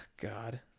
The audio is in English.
god